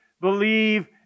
believe